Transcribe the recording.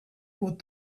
what